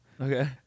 Okay